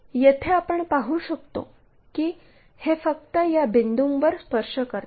येथे आपण पाहू शकतो की हे फक्त या बिंदूंवर स्पर्श करते